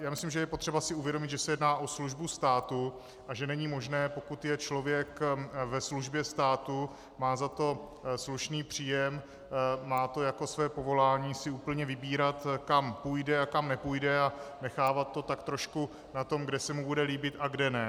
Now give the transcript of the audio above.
Já myslím, že je potřeba si uvědomit, že se jedná o službu státu a že není možné, pokud je člověk ve službě státu, má za to slušný příjem, má to jako své povolání, si úplně vybírat, kam půjde a kam nepůjde, a nechávat to tak trošku na tom, kde se mu bude líbit a kde ne.